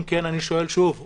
אם כן, אני שואל שוב אתכם,